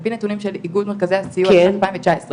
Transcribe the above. על פי נתונים של אגוד מרכזי הסיוע בשנת 2019,